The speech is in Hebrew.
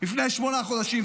לפני שמונה חודשים.